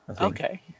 Okay